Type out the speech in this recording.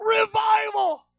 revival